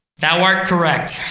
thou art correct!